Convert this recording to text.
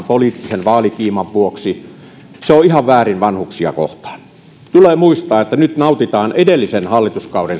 poliittisen vaalikiiman vuoksi se on ihan väärin vanhuksia kohtaan tulee muistaa että nyt nautitaan edellisen hallituskauden